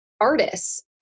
artists